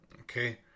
okay